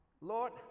Lord